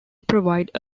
provide